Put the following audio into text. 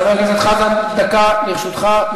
חבר הכנסת חזן, דקה לרשותך.